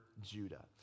Judah